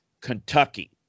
Kentucky